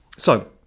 so,